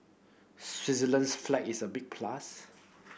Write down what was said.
Switzerland's flag is a big plus